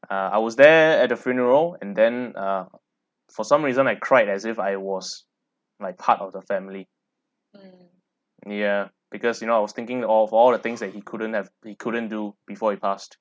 ah I was there at the funeral and then uh for some reason I cried as if I was like part of the family yeah because you know I was thinking of all the things that he couldn't have he couldn't do before he passed